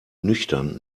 nüchtern